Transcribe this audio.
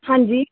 ਹਾਂਜੀ